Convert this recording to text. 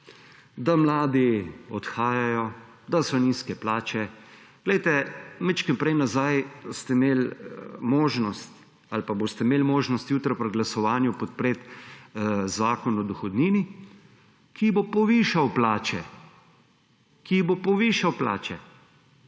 da mladi odhajajo, da so nizke plače. Glejte, majčkeno prej nazaj ste imeli možnost ali pa boste imel možnost jutri pri glasovanju podpreti Zakon o dohodnini, ki bo povišal plače, pa pokojnine,